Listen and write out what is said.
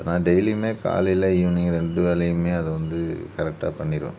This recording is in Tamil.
நான் டெய்லியும் காலையில் ஈவினிங் ரெண்டு வேளையும் அதை வந்து கரெக்டாக பண்ணிடுவேன்